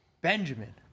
Benjamin